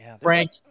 Frank